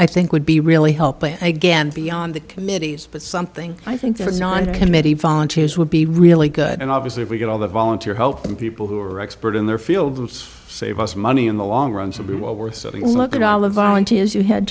i think would be really help but again beyond the committees but something i think there's not a committee volunteers would be really good and obviously if we get all the volunteer help and people who are expert in their field to save us money in the long run so what we're looking at all of volunteers you had